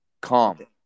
Calm